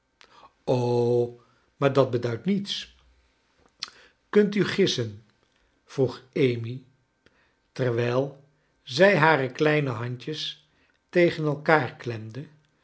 maar dat beduidt niets kunt u gissen vroeg amy terwrj zij hare kleine handjes tegen elkaar klemde